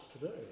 today